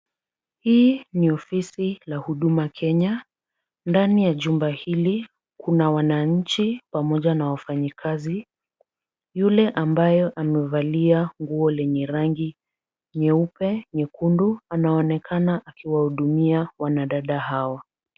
Hii ni ofisi la Huduma Kenya. Ndani ya chumba hili kuna wananchi pamoja na wafanyi kazi yule ambaye amevalia nguo lenye rangi nyeupe nyekundu anaonekana akiwahudumia wanadada hawa.